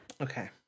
Okay